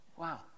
Wow